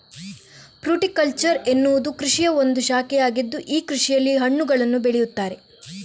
fruticulture ಎಂಬುವುದು ಕೃಷಿಯ ಒಂದು ಶಾಖೆಯಾಗಿದ್ದು ಈ ಕೃಷಿಯಲ್ಲಿ ಹಣ್ಣುಗಳನ್ನು ಬೆಳೆಯುತ್ತಾರೆ